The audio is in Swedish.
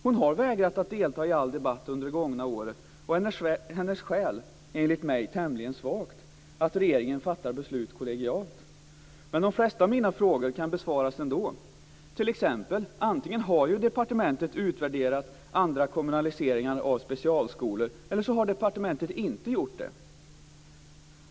Hon har vägrat att delta i all debatt under det gångna året. Hennes skäl är enligt mig tämligen svagt, nämligen att regeringen fattar beslut kollektivt. Men de flesta av mina frågor kan besvaras ändå. T.ex. antingen har departementet utvärderat andra kommunaliseringar av specialskolor eller så har departementet inte gjort det.